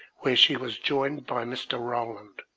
where she was joined by mr. ralland,